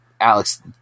alex